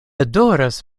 adoras